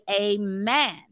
amen